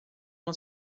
uma